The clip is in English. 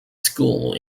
school